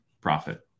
profit